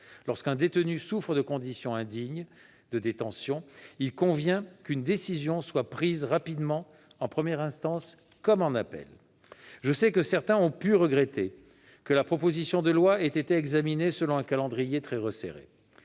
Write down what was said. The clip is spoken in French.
Lorsqu'un détenu souffre de conditions indignes de détention, il convient qu'une décision soit prise rapidement, en première instance comme en appel. Je sais que certains ont pu regretter que la proposition de loi ait été examinée selon un calendrier très resserré.